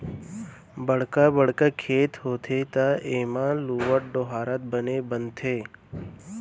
बड़का बड़का खेत होगे त एमा लुवत, डोहारत बने बनथे